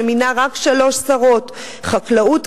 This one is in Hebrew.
שמינה רק שלוש שרות: חקלאות,